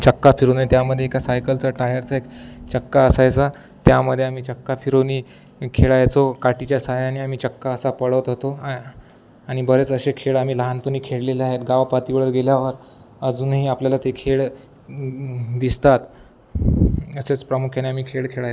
चक्का फिरूनही त्यामध्ये एका सायकलचा टायरचा एक चक्का असायचा त्यामध्ये आम्ही चक्का फिरवणे खेळायचो काठीच्या साहायाने आम्ही चक्का असा पळवत होतो आ आणि बरेच असे खेळ आम्ही लहानपणी खेळलेले आहेत गावापातळीवर गेल्यावर अजूनही आपल्याला ते खेळ दिसतात असेच प्रामुख्याने आम्ही खेळ खेळाय